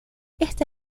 esta